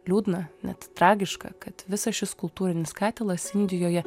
liūdna net tragiška kad visas šis kultūrinis katilas indijoje